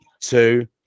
two